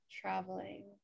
traveling